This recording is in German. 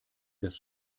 das